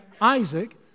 Isaac